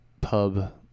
pub